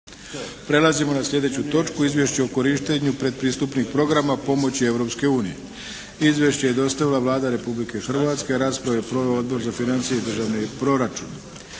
Prelazimo na sljedeću točku - Izvješće o korištenju predpristupnih programa pomoći Europske unije Izvješće je dostavila Vlada Republike Hrvatske. Raspravu je proveo Odbor za financije i državni proračun.